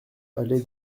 allée